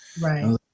Right